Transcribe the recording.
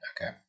Okay